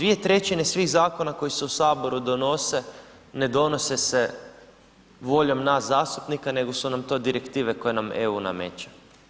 2/3 svih zakona koje se u Saboru donose, ne donese se voljom nas zastupnika nego su nam to direktive koje nam EU nameće.